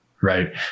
Right